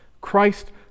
Christ